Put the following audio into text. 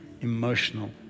emotional